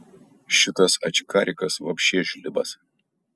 šitas ačkarikas vapše žlibas